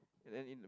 and then in